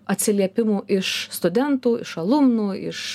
atsiliepimų iš studentų iš alumnų iš